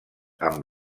amb